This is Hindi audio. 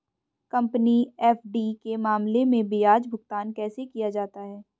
कंपनी एफ.डी के मामले में ब्याज भुगतान कैसे किया जाता है?